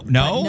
no